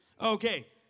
okay